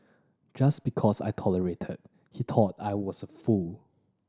just because I tolerated he thought I was a fool